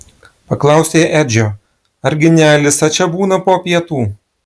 paklausė edžio argi ne alisa čia būna po pietų